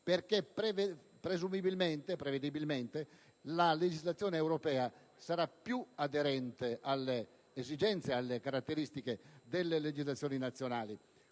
perché presumibilmente e prevedibilmente la legislazione europea sarà più aderente alle esigenze e alle caratteristiche delle legislazioni nazionali.